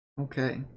Okay